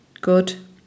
good